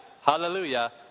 hallelujah